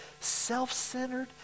self-centered